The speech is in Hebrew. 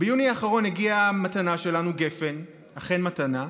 ביוני האחרון הגיעה המתנה שלנו, גפן, אכן מתנה.